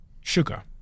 Sugar